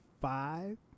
five